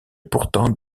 pourtant